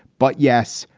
but yes,